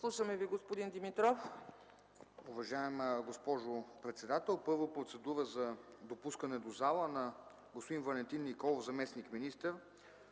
Слушаме Ви, господин Димитров.